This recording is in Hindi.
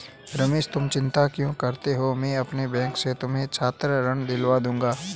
रमेश तुम चिंता क्यों करते हो मैं अपने बैंक से तुम्हें छात्र ऋण दिलवा दूंगा